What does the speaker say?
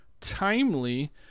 timely